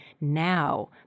now